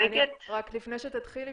לפני שאת מתחילה,